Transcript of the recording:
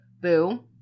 Boo